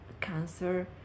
cancer